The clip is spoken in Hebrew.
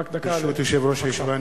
ברשות יושב-ראש הישיבה,